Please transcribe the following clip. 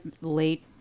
late